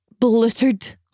blittered